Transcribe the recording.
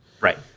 Right